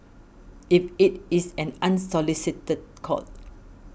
if it is an unsolicited call